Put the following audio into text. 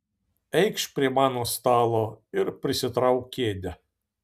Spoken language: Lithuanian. eikš prie mano stalo ir prisitrauk kėdę